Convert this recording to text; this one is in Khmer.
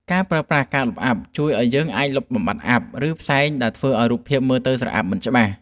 ការប្រើប្រាស់ ការលុបអ័ព្ទ ជួយឱ្យយើងអាចលុបបំបាត់អ័ព្ទ ឬផ្សែងដែលធ្វើឱ្យរូបភាពមើលទៅស្រអាប់មិនច្បាស់។